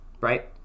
right